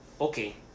Okay